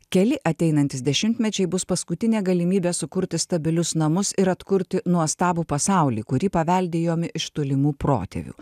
keli ateinantys dešimtmečiai bus paskutinė galimybė sukurti stabilius namus ir atkurti nuostabų pasaulį kurį paveldėjome iš tolimų protėvių